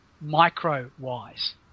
micro-wise